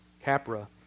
Capra